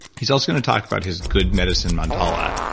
he's also going to talk about his good medicine mandala,